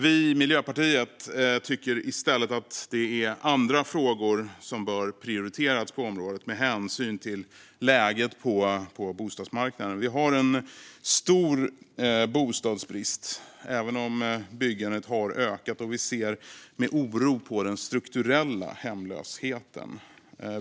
Vi i Miljöpartiet tycker att det är andra frågor som bör prioriteras på området med hänsyn till läget på bostadsmarknaden. Sverige har en stor bostadsbrist, även om byggandet har ökat, och vi ser med oro på den strukturella hemlösheten.